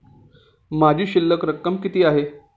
माझी शिल्लक रक्कम किती आहे?